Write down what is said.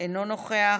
אינו נוכח,